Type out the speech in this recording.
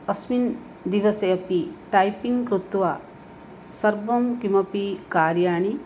अस्मिन् दिवसे अपि टैपिङ्ग् कृत्वा सर्वं किमपि कार्याणि